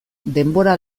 denbora